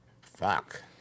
Fuck